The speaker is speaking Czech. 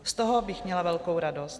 Z toho bych měla velkou radost.